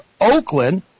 Oakland